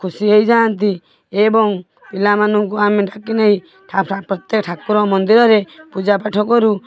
ଖୁସି ହୋଇଯାଆନ୍ତି ଏବଂ ପିଲାମାନଙ୍କୁ ଆମେ ଡାକିନେଇ ପ୍ରତ୍ୟେକ ଠାକୁରଙ୍କ ମନ୍ଦିରରେ ପୂଜାପାଠ କରୁ